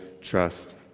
trust